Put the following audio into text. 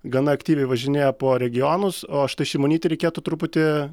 gana aktyviai važinėja po regionus o štai šimonytei reikėtų truputį